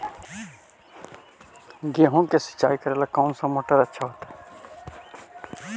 गेहुआ के सिंचाई करेला कौन मोटरबा अच्छा होतई?